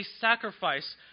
sacrifice